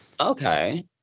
Okay